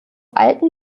alten